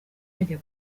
bajya